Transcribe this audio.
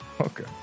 Okay